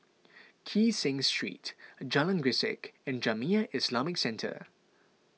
Kee Seng Street Jalan Grisek and Jamiyah Islamic Centre